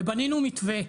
ובנינו מתווה,